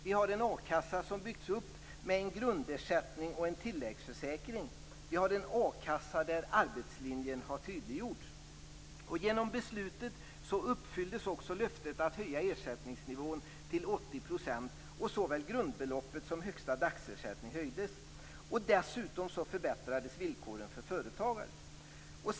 Vi har en a-kassa som har byggts upp med en grundersättning och en tilläggsförsäkring. Vi har en a-kassa där arbetslinjen har tydliggjorts. Genom beslutet uppfylldes också löftet att höja ersättningsnivån till 80 %. Såväl grundbeloppet som högsta dagsersättning höjdes. Dessutom förbättrades villkoren för företagare.